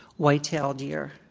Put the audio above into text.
white-tailed deer.